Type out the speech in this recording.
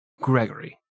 Gregory